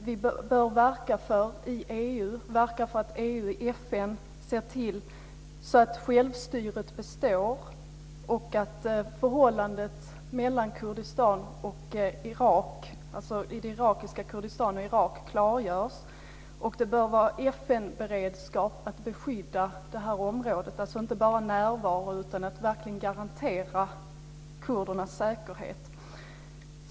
Vi bör i EU verkar för att EU och FN ser till att självstyret består och förhållandet mellan irakiska Kurdistan och Irak klargörs. Det bör också finnas FN-beredskap för att skydda detta område, dvs. inte bara närvaro utan att man verkligen garanterar kurdernas säkerhet.